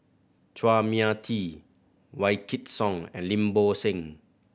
Chua Mia Tee Wykidd Song and Lim Bo Seng